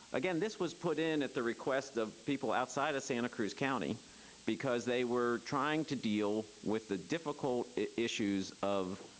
again, this was put in at the request of people outside santa cruz county because they were trying to deal with the difficult issues of